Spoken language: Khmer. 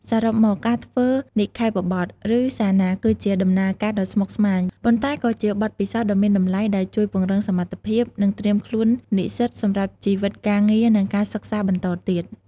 សរុបមក ការធ្វើនិក្ខេបបទ ឬសារណា គឺជាដំណើរការដ៏ស្មុគស្មាញ ប៉ុន្តែក៏ជាបទពិសោធន៍ដ៏មានតម្លៃដែលជួយពង្រឹងសមត្ថភាព និងត្រៀមខ្លួននិស្សិតសម្រាប់ជីវិតការងារ និងការសិក្សាបន្តទៀត។